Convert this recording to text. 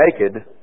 naked